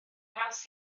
haws